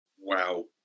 wow